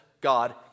God